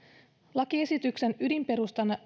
lakiesityksen ydinperusteluna